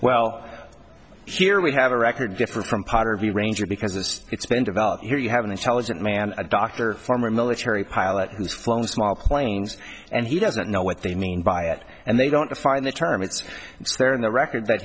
well here we have a record different from potter v ranger because it's been developed here you have an intelligent man a doctor former military pilot who's flown small planes and he doesn't know what they mean by it and they don't find the term it's there in the record that